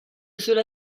cela